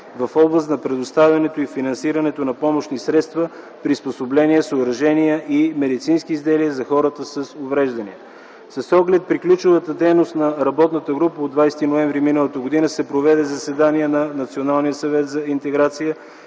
в област на предоставянето и финансирането на помощни средства, приспособления, съоръжения и медицински изделия за хората с увреждания. С оглед приключилата дейност на работната група от 20 ноември м.г. се проведе заседание на Националния съвет за интеграция